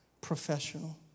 professional